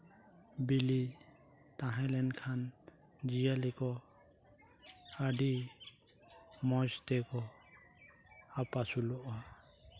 ᱵᱤᱞᱤ ᱛᱟᱦᱮᱸ ᱞᱮᱱᱠᱷᱟᱱ ᱡᱤᱭᱟᱹᱞᱤ ᱠᱚ ᱟᱹᱰᱤ ᱢᱚᱡᱽ ᱛᱮᱠᱚ ᱟᱯᱟᱥᱩᱞᱚᱜᱼᱟ